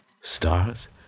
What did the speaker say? Stars